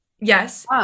yes